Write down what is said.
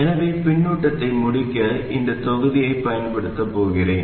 எனவே பின்னூட்டத்தை முடிக்க இந்தத் தொகுதியைப் பயன்படுத்தப் போகிறேன்